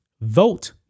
Vote